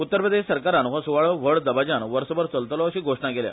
उत्तर प्रदेश सरकारान हो सुवाळो व्हड दबाज्यान वर्सभर चलतलो अशी घोषणा केल्या